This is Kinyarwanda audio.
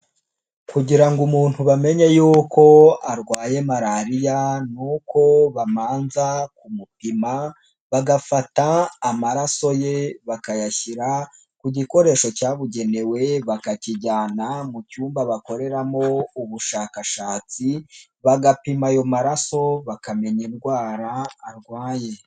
Kugira ngo umuntu bamenye y'uko arwaye malariya n'uko bamanza kumupima bagafata amaraso ye bakayashyira ku gikoresho cyabugenewe bakakijyana mu cyumba bakoreramo ubushakashatsi bagapima ayo maraso bakamenya indwara arwaye.